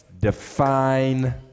Define